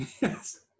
Yes